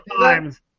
times